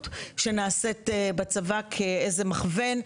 שנעשית בגופים הביטחוניים כאיזשהו מכוון.